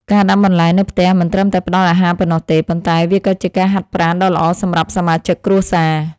ការដាំបន្លែនៅផ្ទះមិនត្រឹមតែផ្តល់អាហារប៉ុណ្ណោះទេ ប៉ុន្តែវាក៏ជាការហាត់ប្រាណដ៏ល្អសម្រាប់សមាជិកគ្រួសារ។